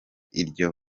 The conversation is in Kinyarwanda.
iryo